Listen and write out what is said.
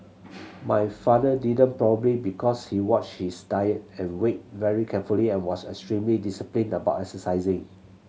my father didn't probably because he watched his diet and weight very carefully and was extremely disciplined about exercising